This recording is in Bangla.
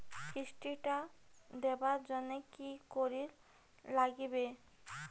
কিস্তি টা দিবার জন্যে কি করির লাগিবে?